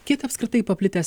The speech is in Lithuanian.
kiek apskritai paplitęs